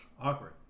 awkward